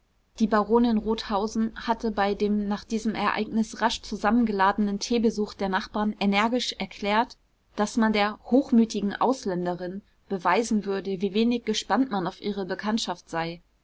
die baronin rothausen hatte bei dem nach diesem ereignis rasch zusammen geladenen teebesuch der nachbarn energisch erklärt daß man der hochmütigen ausländerin beweisen würde wie wenig gespannt man auf ihre bekanntschaft sei